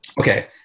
Okay